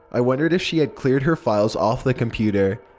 i wondered if she had cleared her files off the computer,